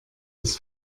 des